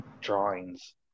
drawings